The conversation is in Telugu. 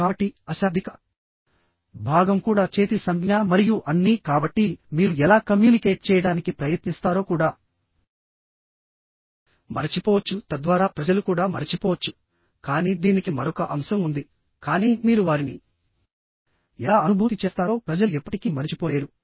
కాబట్టి అశాబ్దిక భాగం కూడా చేతి సంజ్ఞ మరియు అన్నీకాబట్టి మీరు ఎలా కమ్యూనికేట్ చేయడానికి ప్రయత్నిస్తారో కూడా మరచిపోవచ్చు తద్వారా ప్రజలు కూడా మరచిపోవచ్చు కానీ దీనికి మరొక అంశం ఉంది కానీ మీరు వారిని ఎలా అనుభూతి చేస్తారో ప్రజలు ఎప్పటికీ మరచిపోలేరు